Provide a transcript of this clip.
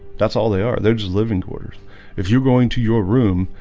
that's all they are they're just living quarters if you're going to your room.